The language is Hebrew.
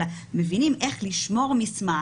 אלא מבינים איך לשמור מסמך,